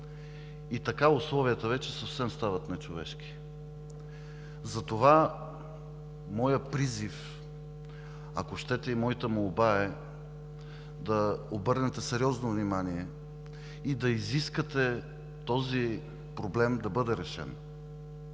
Така условията вече стават съвсем нечовешки. Затова моят призив, ако щете и моята молба, е да обърнете сериозно внимание и да изискате този проблем да бъде решен,